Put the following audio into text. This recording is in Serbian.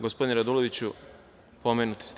Gospodine Raduloviću, pomenuti ste.